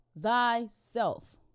thyself